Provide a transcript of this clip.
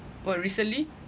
what recently